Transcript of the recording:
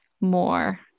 more